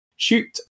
Shoot